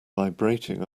vibrating